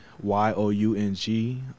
y-o-u-n-g